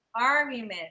argument